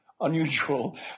unusual